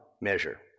measure